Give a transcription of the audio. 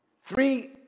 Three